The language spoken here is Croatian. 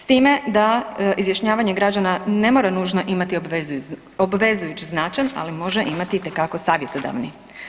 S time da izjašnjavanje građana ne mora nužno imati obvezujući značaj, ali može imati itekako savjetodavni.